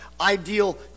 ideal